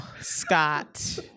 Scott